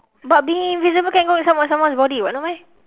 but being invisible can go inside someone's body no meh